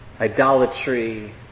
idolatry